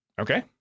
Okay